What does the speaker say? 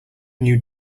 new